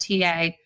TA